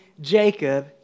Jacob